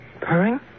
Purring